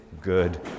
good